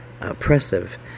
oppressive